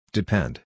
Depend